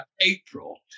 April